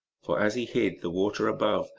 for as he hid, the water above,